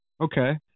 Okay